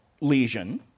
lesion